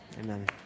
Amen